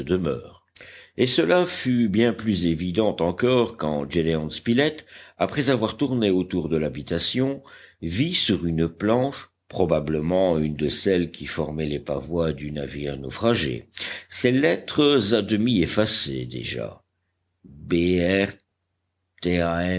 et cela fut bien plus évident encore quand gédéon spilett après avoir tourné autour de l'habitation vit sur une planche probablement une de celles qui formaient les pavois du navire naufragé ces lettres à demi effacées déjà br